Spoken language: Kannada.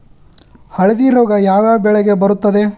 ಹಳದಿ ರೋಗ ಯಾವ ಯಾವ ಬೆಳೆಗೆ ಬರುತ್ತದೆ?